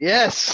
Yes